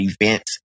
events